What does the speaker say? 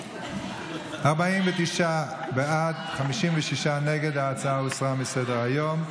48 בעד, 55 נגד, ההצעה הוסרה מסדר-היום.